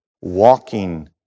walking